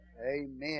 Amen